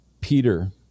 Peter